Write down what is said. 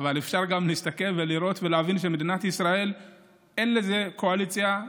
אפשר גם להסתכל ולראות ולהבין שבמדינת ישראל אין לזה קואליציה,